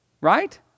right